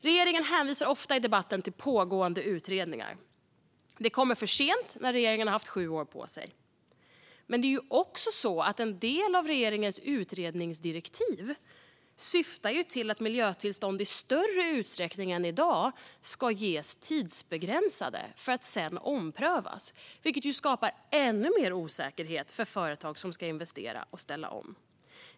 Regeringen hänvisar ofta i debatten till pågående utredningar. De kommer för sent, när regeringen har haft sju år på sig. Men det är också så att en del av regeringens utredningsdirektiv syftar till att miljötillstånd i större utsträckning än i dag ska vara tidsbegränsade för att sedan omprövas, vilket skapar ännu mer osäkerhet för företag som ska investera och ställa om.